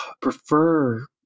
prefer